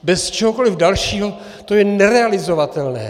Bez čehokoli dalšího to je nerealizovatelné.